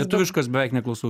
lietuvišos beveik neklausau